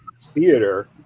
theater